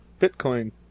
Bitcoin